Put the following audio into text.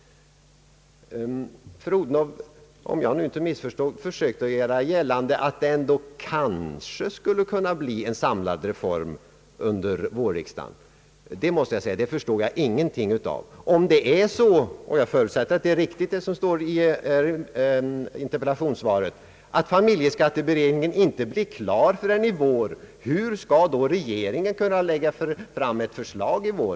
Om jag inte missförstod fru Odhnoff, försökte hon göra gällande att vi kanske ändå skulle få en samlad reform vid vårriksdagen, men där måste jag säga att jag inte förstår någonting. Jag förutsätter att det är riktigt vad som står i interpellationssvaret, nämligen att familjeskatteberedningen inte blir färdig med sitt arbete förrän i vår. Hur skall regeringen då kunna lägga fram ett förslag i vår?